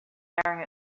staring